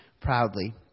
proudly